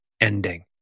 ending